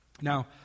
Now